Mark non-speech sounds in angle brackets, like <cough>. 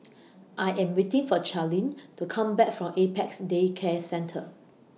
<noise> I Am waiting For Charline to Come Back from Apex Day Care Centre